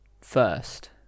first